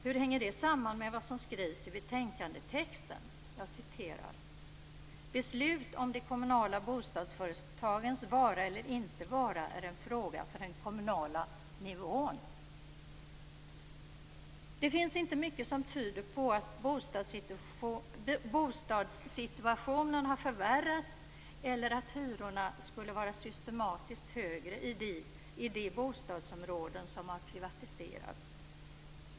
Hur hänger detta samman med vad som skrivs i betänkandetexten: "Beslut om de kommunala bostadsföretagens vara eller icke vara är en fråga för den kommunala nivån"? Det finns inte mycket som tyder på att bostadssituationen har förvärrats eller att hyrorna skulle vara systematiskt högre i de bostadsområden som har privatiserats.